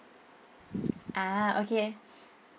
ah okay